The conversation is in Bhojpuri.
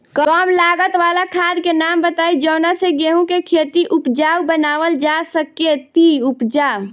कम लागत वाला खाद के नाम बताई जवना से गेहूं के खेती उपजाऊ बनावल जा सके ती उपजा?